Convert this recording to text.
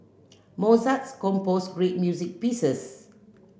Mozart composed great music pieces